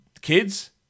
Kids